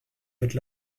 faites